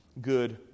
good